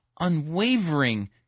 unwavering